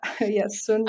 yes